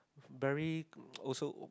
very also